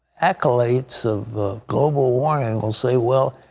accolades of global warming will say, well,